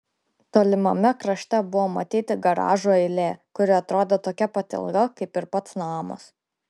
tolimame krašte buvo matyti garažų eilė kuri atrodė tokia pat ilga kaip ir pats namas